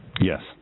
Yes